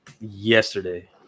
yesterday